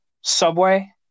subway